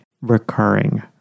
recurring